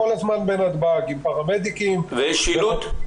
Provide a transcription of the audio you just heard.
הצבעה אשר אין מתנגדים, אין נמנעים.